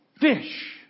fish